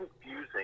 confusing